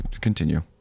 Continue